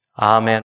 Amen